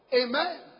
Amen